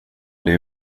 det